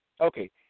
Okay